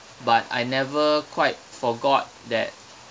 but I never quite forgot that